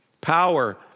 Power